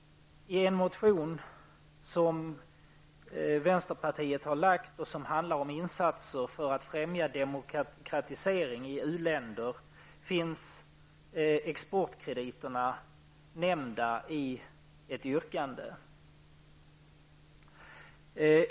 I en motion som vänsterpartiet har väckt och som handlar om insatser för att främja demokratisering i uländer finns exportkrediterna nämnda i ett yrkande.